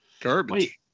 Garbage